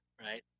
right